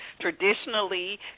Traditionally